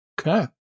Okay